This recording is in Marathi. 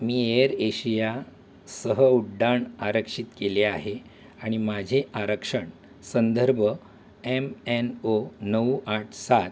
मी एअर एशिया सह उड्डाण आरक्षित केले आहे आणि माझे आरक्षण संदर्भ एम एन ओ नऊ आठ सात